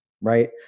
right